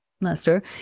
Lester